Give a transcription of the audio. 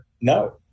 no